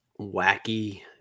wacky –